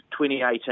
2018